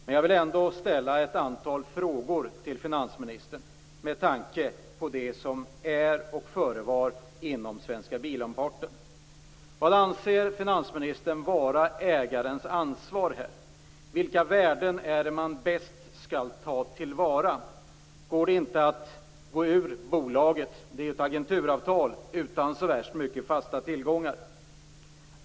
Men jag vill ändå ställa ett antal frågor till finansministern med tanke på det som sker och förevarit inom Svenska Vad anser finansministern vara ägarens ansvar här? Vilka värden är det man bäst skall ta till vara? Går det inte att gå ur bolaget? Det är ju ett agenturavtal utan så värst mycket fasta tillgångar.